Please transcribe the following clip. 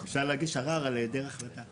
אפשר להגיש ערר על זה שאין החלטה.